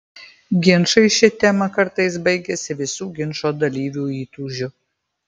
ginčai šia tema kartais baigiasi visų ginčo dalyvių įtūžiu